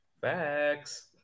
Facts